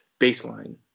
baseline